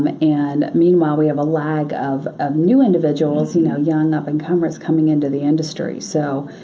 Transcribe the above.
um and meanwhile we have a lag of of new individuals, you know young up and comers coming into the industry. so,